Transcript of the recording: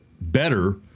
better